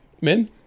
men